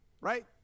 Right